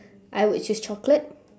I would choose chocolate